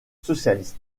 socialiste